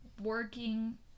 working